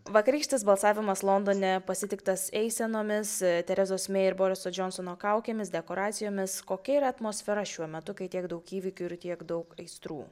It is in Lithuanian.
vakarykštis balsavimas londone pasitiktas eisenomis terezos mei ir boriso džonsono kaukėmis dekoracijomis kokia yra atmosfera šiuo metu kai tiek daug įvykių ir tiek daug aistrų